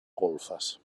golfes